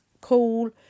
cool